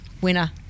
winner